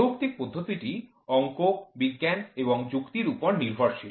যৌক্তিক পদ্ধতিটি অঙ্ক বিজ্ঞান এবং যুক্তির উপর নির্ভরশীল